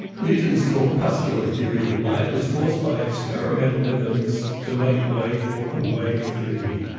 newton's corpuscular theory of light was forced by experimental evidence to make way for a wave theory.